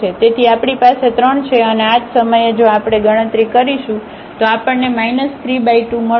તેથી આપણી પાસે 3 છે અને આ જ સમયે જો આપણે ગણતરી કરીશું તો આપણને 32મળશે